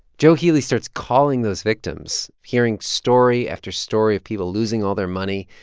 joe healy starts calling those victims, hearing story after story of people losing all their money.